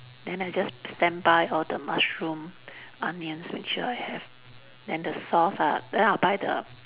then I just standby all the mushroom onions which I have then the sauce ah then I'll buy the